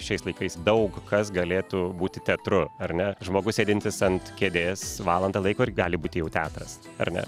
šiais laikais daug kas galėtų būti teatru ar ne žmogus sėdintis ant kėdės valandą laiko ir gali būti jau teatras ar ne